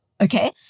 okay